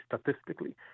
statistically